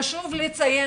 חשוב לציין,